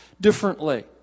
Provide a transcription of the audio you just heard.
differently